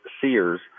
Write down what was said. Sears